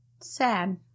Sad